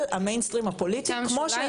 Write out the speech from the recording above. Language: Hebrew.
אל המיין סטרים הפוליטי כמו שזה נמצא בארצות הברית.